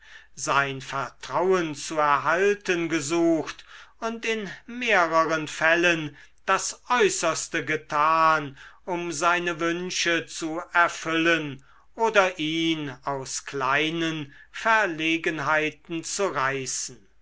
sein vertrauen zu erhalten gesucht und in mehreren fällen das äußerste getan um seine wünsche zu erfüllen oder ihn aus kleinen verlegenheiten zu reißen